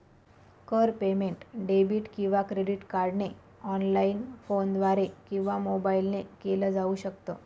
कर payment debit किंवा credit कार्डने ऑनलाइन, फोनद्वारे किंवा मोबाईल ने केल जाऊ शकत